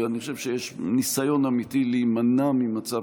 ואני חושב שיש ניסיון אמיתי להימנע ממצב